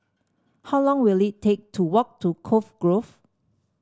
how long will it take to walk to Cove Grove